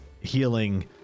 healing